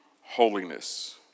holiness